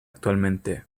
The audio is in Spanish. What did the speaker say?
actualmente